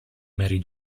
mary